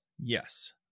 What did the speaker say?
Yes